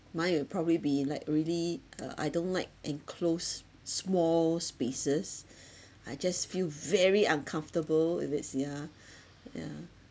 mine will probably be like really uh I don't like enclosed small spaces I just feel very uncomfortable if it's yeah yeah